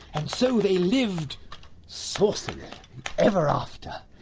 and so they lived saucily ever after.